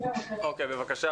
(היו"ר רם שפע) בבקשה.